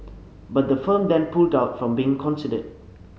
but the firm then pulled out from being considered